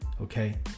okay